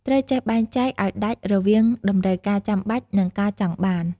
ត្រូវចេះបែងចែកឲ្យដាច់រវាងតម្រូវការចាំបាច់ និងការចង់បាន។